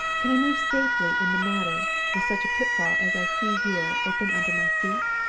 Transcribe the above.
can i move safely in the matter, with such a pitfall as i see here open under my feet?